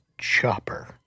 Chopper